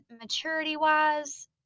maturity-wise